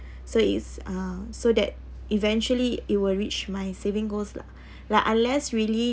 so is uh so that eventually it will reach my saving goals lah like unless really